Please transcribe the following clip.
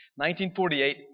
1948